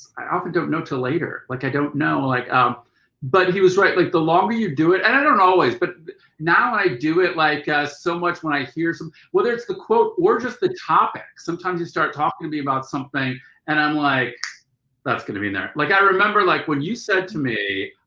i often don't know till later. like i don't know like um but he was right. like the longer you do it, and i don't always. but now i do it like so much when i hear some whether it's the quote or just the topic. sometimes you start talking to me about something and i'm like that's going to be there. like i remember like when you said to me,